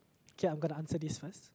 okay I'm gonna answer this first